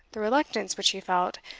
the reluctance which he felt,